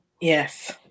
Yes